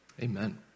Amen